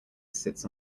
sits